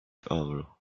avro